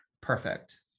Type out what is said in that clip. perfect